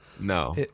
No